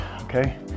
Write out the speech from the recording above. okay